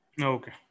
Okay